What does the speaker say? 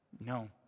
No